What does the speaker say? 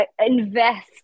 invest